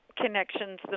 connections